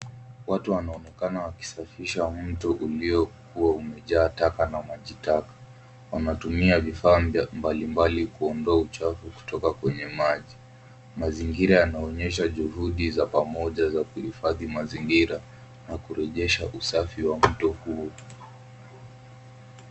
Watu wanaonekana wakisafisha mto uliokuwa umejaa taka na maji taka. Wanatumia vifaa mbalimbali kuondoa uchafu kutoka kwenye maji. Mazingira yanaonyesha juhudi za pamoja za kuhifadhi mazingira na kurejesha usafi wa mto huu.